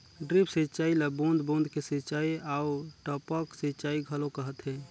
drip सिंचई ल बूंद बूंद के सिंचई आऊ टपक सिंचई घलो कहथे